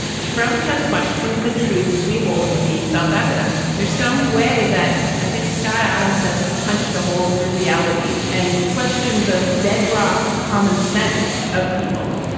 trump has questioned the truths we hold to be self-evident. there's some way that i think scott adams says he punched a hole through reality and questioned the bedrock common sense of people.